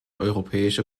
europäische